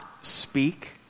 speak